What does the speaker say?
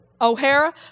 O'Hara